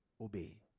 obey